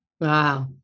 Wow